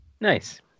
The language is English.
Nice